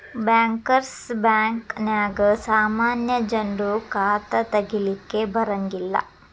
bankers ಬ್ಯಾಂಕ ನ್ಯಾಗ ಸಾಮಾನ್ಯ ಜನ್ರು ಖಾತಾ ತಗಿಲಿಕ್ಕೆ ಬರಂಗಿಲ್ಲಾ